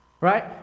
Right